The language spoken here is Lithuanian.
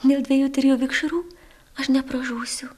dėl dviejų trijų vikšrų aš nepražūsiu